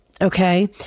Okay